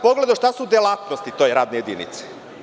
Pogledao sam šta su delatnosti te radne jedinice.